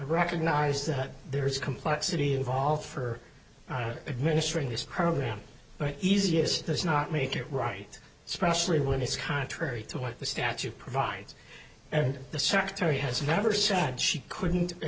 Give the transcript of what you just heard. recognize that there is complexity involved for administering this program easiest does not make it right especially when it's contrary to what the statute provides and the secretary has never said she couldn't